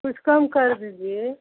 कुछ कम कर दीजिए